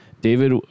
David